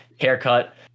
haircut